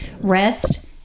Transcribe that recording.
rest